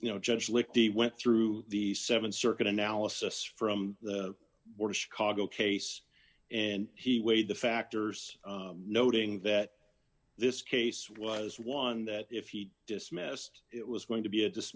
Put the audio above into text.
you know judge lick the went through the seven circuit analysis from the more chicago case and he weighed the factors noting that this case was one that if he dismissed it was going to be a